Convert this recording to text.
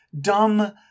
dumb